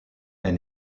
est